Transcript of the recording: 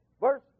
Verse